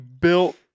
built-